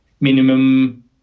minimum